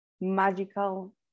magical